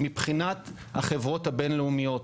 מבחינת החברות הבין-לאומיות.